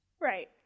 Right